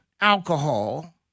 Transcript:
alcohol